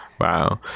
Wow